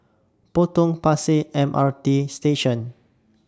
Potong Pasir M R T Station